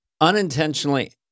unintentionally